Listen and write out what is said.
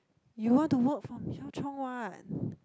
you want to work for Michelle-Chong [what]